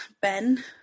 Ben